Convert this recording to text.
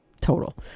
total